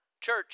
Church